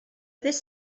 this